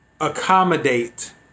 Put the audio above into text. accommodate